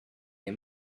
les